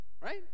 Right